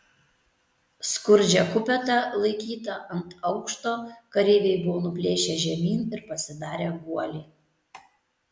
skurdžią kupetą laikytą ant aukšto kareiviai buvo nuplėšę žemyn ir pasidarę guolį